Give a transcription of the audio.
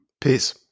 Peace